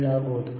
7 ಆಗುವುದು